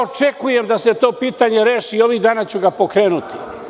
Očekujem da se to pitanje reši i ovih dana ću ga pokrenuti.